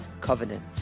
covenant